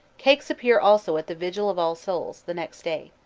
cakes appear also at the vigil of all souls', the next day.